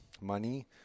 money